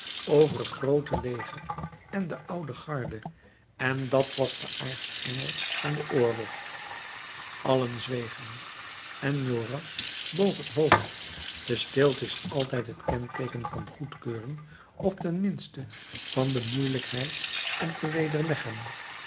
over het groote leger en de oude garde en dat was de aartsengel van den oorlog allen zwegen enjolras boog het hoofd de stilte is altijd het kenteeken van goedkeuring of ten minste van de moeielijkheid om te